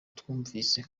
twumvise